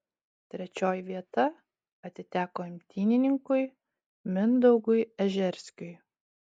trečioji vieta atiteko imtynininkui mindaugui ežerskiui